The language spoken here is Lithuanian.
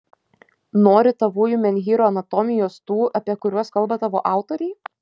nori tavųjų menhyrų anatomijos tų apie kuriuos kalba tavo autoriai